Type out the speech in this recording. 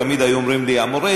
תמיד היו אומרים לי: המורה,